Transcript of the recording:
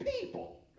people